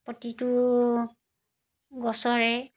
প্ৰতিটো গছৰে